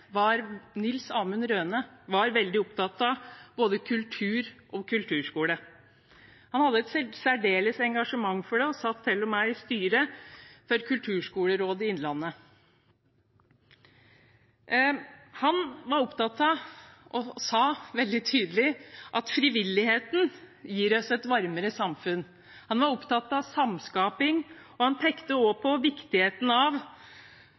Nils Amund Røhne, var veldig opptatt av både kultur og kulturskolen. Han hadde et særdeles stort engasjement for det og satt til og med i styret for Kulturskolerådet i Innlandet. Han var opptatt av – og sa det veldig tydelig – at frivilligheten gir oss et varmere samfunn. Han var opptatt av samskaping, og han pekte også på viktigheten av